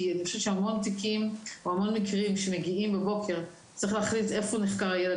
כי אני חושבת שבהמון מקרים שמגיעים בבוקר צריך להחליט איפה נחקר הילד,